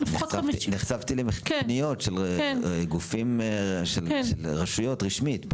נחשפתי לפניות של גופים, של רשויות רשמית.